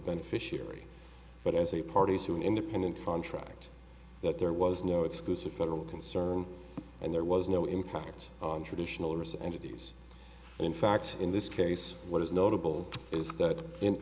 beneficiary but as a parties who an independent contract that there was no exclusive federal concern and there was no impact on traditional owners and it is in fact in this case what is notable is that